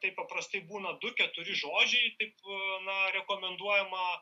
tai paprastai būna du keturi žodžiai taip na rekomenduojama